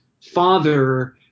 father